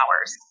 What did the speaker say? hours